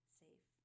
safe